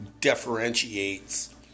differentiates